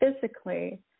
physically